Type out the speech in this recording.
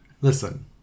Listen